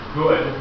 good